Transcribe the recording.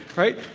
right?